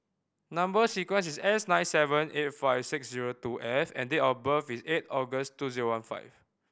number sequence is S nine seven eight five six zero two F and date of birth is eight August two zero one five